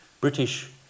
British